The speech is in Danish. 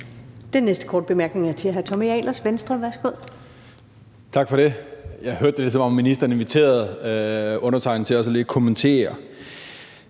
Den næste korte bemærkning er til hr. Tommy Ahlers, Venstre. Værsgo.